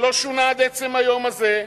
שלא שונה עד עצם היום הזה.